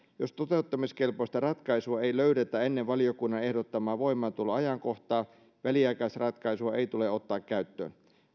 jos toteuttamiskelpoista ratkaisua ei löydetä ennen valiokunnan ehdottamaa voimaantuloajankohtaa väliaikaisratkaisua ei tule ottaa käyttöön